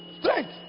Strength